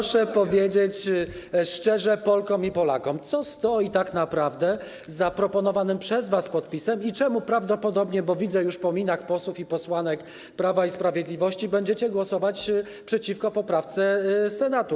Proszę powiedzieć szczerze Polkom i Polakom, co tak naprawdę stoi za proponowanym przez was podpisem i czemu prawdopodobnie - widzę to już po minach posłów i posłanek Prawa i Sprawiedliwości - będziecie głosować przeciwko poprawce Senatu.